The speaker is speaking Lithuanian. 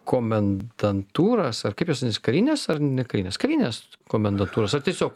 komendantūras ar kaip jūs karinės ar ne karinės karinės komendantūros ar tiesiog